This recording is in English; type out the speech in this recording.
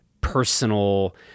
personal